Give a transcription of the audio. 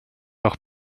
leur